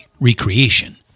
recreation